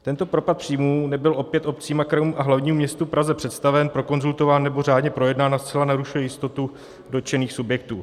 Tento propad příjmů nebyl opět obcím a krajům a hlavnímu městu Praze představen, prokonzultován nebo řádně projednán a zcela narušuje jistotu dotčených subjektů.